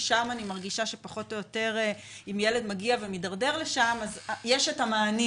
ששם אני מרגישה שאם ילד מגיע ומידרדר לשם אז יש המענים,